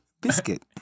Biscuit